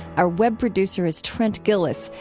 our web producer is trent gilliss,